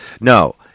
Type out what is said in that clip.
No